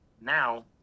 now